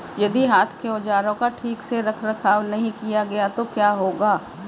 यदि हाथ के औजारों का ठीक से रखरखाव नहीं किया गया तो क्या होगा?